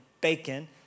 bacon